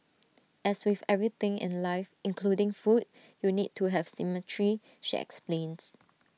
as with everything in life including food you need to have symmetry she explains